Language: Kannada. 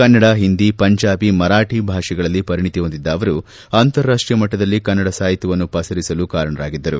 ಕನ್ನಡ ಹಿಂದಿ ಪಂಜಾಬಿ ಮರಾಠಿ ಭಾಷೆಗಳಲ್ಲಿ ಪರಿಣಿತಿ ಹೊಂದಿದ್ದ ಅವರು ಅಂತರಾಷ್ಷೀಯ ಮಟ್ಟದಲ್ಲಿ ಕನ್ನಡ ಸಾಹಿತ್ಯವನ್ನು ಪಸರಿಸಲು ಕಾರಣರಾಗಿದ್ದರು